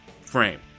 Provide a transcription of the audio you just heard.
frame